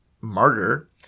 Martyr